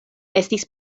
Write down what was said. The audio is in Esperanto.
estis